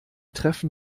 treffen